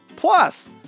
Plus